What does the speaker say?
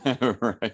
right